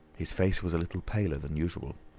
his face was a little paler than usual.